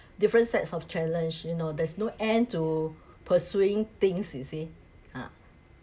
different sets of challenge you know there's no end to pursuing things you see ah